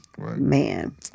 Man